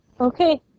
Okay